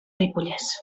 ripollès